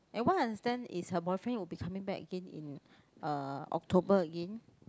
and what I understand is her boyfriend will be coming back again in uh October again